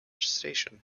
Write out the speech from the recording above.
station